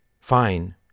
fine